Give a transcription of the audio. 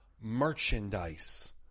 merchandise